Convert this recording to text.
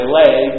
leg